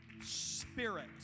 spirit